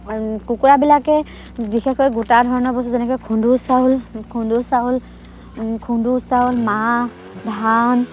কুকুৰাবিলাকে বিশেষকৈ গোটা ধৰণৰ বস্তু যেনেকৈ খুন্দো চাউল খুন্দো চাউল খুন্দো চাউল মাহ ধান